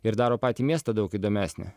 ir daro patį miestą daug įdomesnį